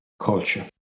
culture